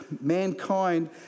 mankind